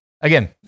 Again